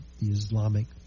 Islamic